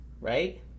right